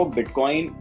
Bitcoin